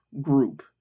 group